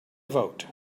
vote